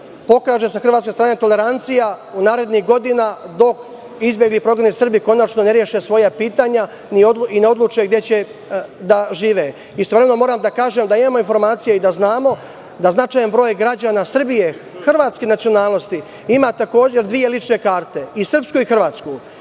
pokaže sa hrvatske strane tolerancija u narednim godinama dok izbegli i prognani Srbi konačno ne reše svoja pitanja i ne odluče gde će da žive. Istovremeno, moram da kažem da imamo informacije i da znamo da značajan broj građana Srbije hrvatske nacionalnosti ima takođe dve lične karte – i srpsku i hrvatsku.